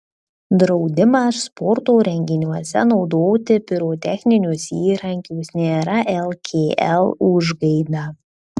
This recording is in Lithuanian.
draudimas sporto renginiuose naudoti pirotechninius įrenginius nėra lkl užgaida